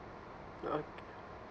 ok